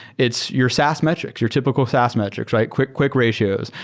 it's your saas metrics. your typical saas metrics, right? quick quick ratios,